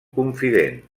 confident